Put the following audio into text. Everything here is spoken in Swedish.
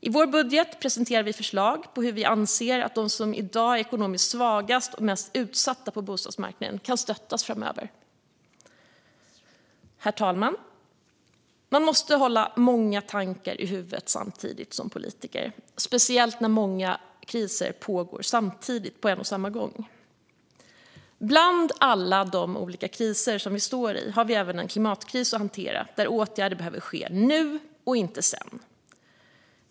I vår budget presenterar vi förslag på hur vi anser att de som i dag är ekonomiskt svagast och mest utsatta på bostadsmarknaden kan stöttas framöver. Herr talman! Man måste kunna hålla många tankar i huvudet samtidigt som politiker, speciellt när många kriser pågår på en och samma gång. Bland alla de olika kriser som vi står i har vi även en klimatkris att hantera, där åtgärder behöver vidtas nu och inte sedan.